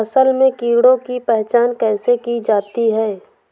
फसल में कीड़ों की पहचान कैसे की जाती है?